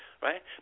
right